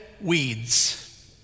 weeds